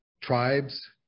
tribes